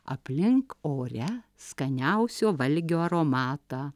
aplink ore skaniausio valgio aromatą